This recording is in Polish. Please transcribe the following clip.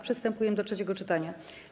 Przystępujemy do trzeciego czytania.